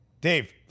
Dave